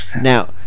Now